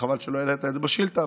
חבל שלא העלית את זה בשאילתה,